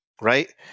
right